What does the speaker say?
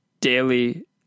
daily